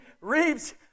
reaps